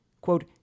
quote